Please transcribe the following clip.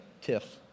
Tiff